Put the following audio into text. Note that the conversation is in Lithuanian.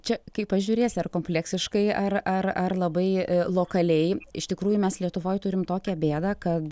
čia kaip pažiūrėsi ar kompleksiškai ar ar ar labai lokaliai iš tikrųjų mes lietuvoj turim tokią bėdą kad